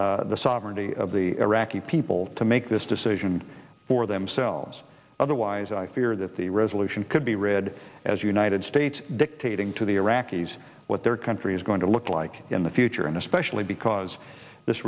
undercut the sovereignty of the iraqi people to make this decision for themselves otherwise i fear that the resolution could be read as united states dictating to the iraqis what their country is going to look like in the future and especially because this